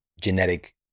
genetic